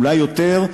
אולי יותר,